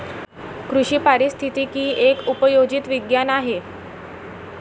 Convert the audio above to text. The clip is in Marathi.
कृषी पारिस्थितिकी एक उपयोजित विज्ञान आहे